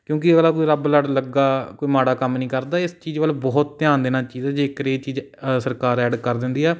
ਕਿਉਂਕਿ ਅਗਰ ਆ ਕੋਈ ਰੱਬ ਲੜ ਲੱਗਾ ਕੋਈ ਮਾੜਾ ਕੰਮ ਨਹੀਂ ਕਰਦਾ ਇਸ ਚੀਜ਼ ਵੱਲ ਬਹੁਤ ਧਿਆਨ ਦੇਣਾ ਚਾਹੀਦਾ ਜੇਕਰ ਇਹ ਚੀਜ਼ ਸਰਕਾਰ ਐਡ ਕਰ ਦਿੰਦੀ ਆ